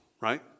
right